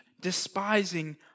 despising